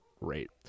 rate